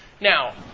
Now